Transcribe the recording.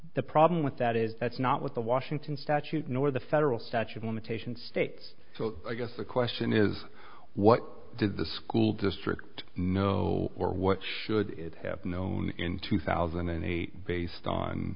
the problem with that is that's not what the washington statute nor the federal statute limitation states so i guess the question is what does the school district know or what should it have known in two thousand and eight based on